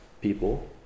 people